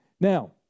Now